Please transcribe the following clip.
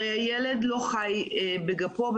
הרי ילד לא חי בגפו,